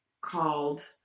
called